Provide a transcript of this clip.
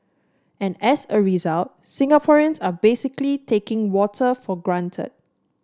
and as a result Singaporeans are basically taking water for granted